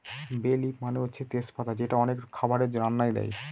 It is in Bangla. বে লিফ মানে হচ্ছে তেজ পাতা যেটা অনেক খাবারের রান্নায় দেয়